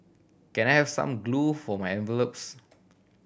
can I have some glue for my envelopes